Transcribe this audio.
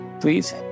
please